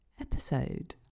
episode